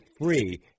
free